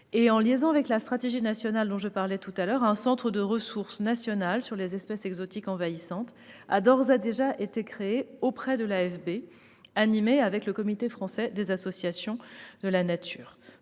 En liaison avec la stratégie nationale dont je parlais, un Centre de ressources national sur les espèces exotiques envahissantes a d'ores et déjà été créé auprès de l'AFB, animé avec le Comité français des associations de la nature.